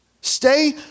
Stay